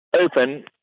open